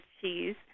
cheese